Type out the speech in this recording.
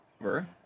over